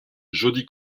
jodi